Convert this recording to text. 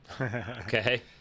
Okay